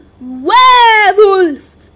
werewolf